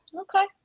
Okay